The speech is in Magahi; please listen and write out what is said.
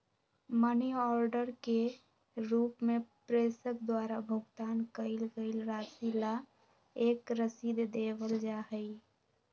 मनी ऑर्डर के रूप में प्रेषक द्वारा भुगतान कइल गईल राशि ला एक रसीद देवल जा हई